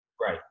right